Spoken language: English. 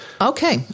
Okay